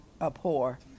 abhor